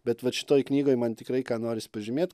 bet vat šitoj knygoj man tikrai ką noris pažymėt